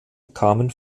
kamen